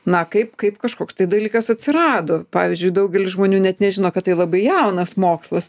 na kaip kaip kažkoks tai dalykas atsirado pavyzdžiui daugelis žmonių net nežino kad tai labai jaunas mokslas